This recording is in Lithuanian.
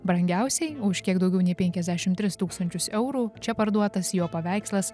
brangiausiai už kiek daugiau nei penkiasdešim tis tūstančius eurų čia parduotas jo paveikslas